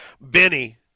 Benny